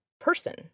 person